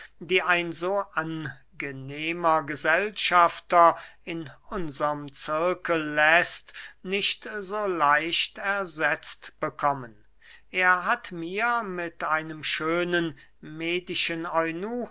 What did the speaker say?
die ein so angenehmer gesellschafter in unserm zirkel läßt nicht so leicht ersetzt bekommen er hat mir mit einem schönen medischen